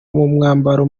mwambaro